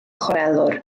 chwarelwr